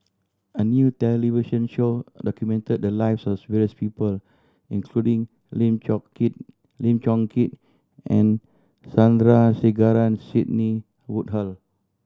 a new television show documented the lives as various people including Lim Keat Lim Chong Keat and Sandrasegaran Sidney Woodhull